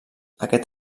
aquest